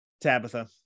Tabitha